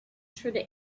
through